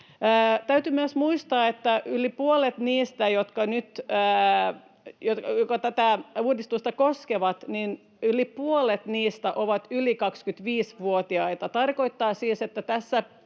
Täytyy myös muistaa, että yli puolet niistä, joita nyt tämä uudistus koskee, on yli 25-vuotiaita. Se tarkoittaa siis, että tässä